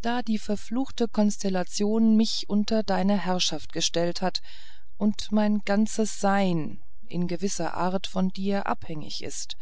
da die verfluchte konstellation mich unter deine herrschaft gestellt hat und mein ganzes sein in gewisser art von dir abhängig ist